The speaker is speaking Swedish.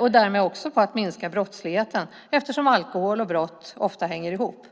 och därmed också minska brottsligheten eftersom alkohol och brott ofta hänger ihop.